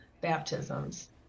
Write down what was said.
baptisms